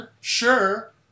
sure